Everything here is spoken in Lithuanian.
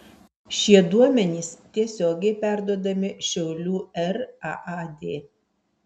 šie duomenys tiesiogiai perduodami šiaulių raad